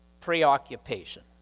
preoccupation